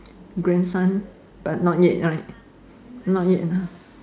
grandson but not yet right not yet ah